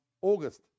August